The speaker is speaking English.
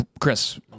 Chris